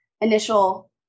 initial